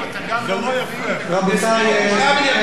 אתה גם לא מבין וגם לא, רבותי, קדימה.